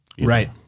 Right